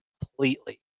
completely